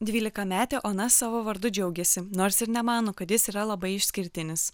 dvylikametė ona savo vardu džiaugiasi nors ir nemano kad jis yra labai išskirtinis